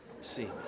see